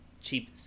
cheap